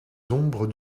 ombres